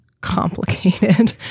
complicated